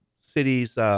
cities –